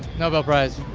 nobel prize.